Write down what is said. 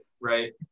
right